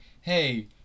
Hey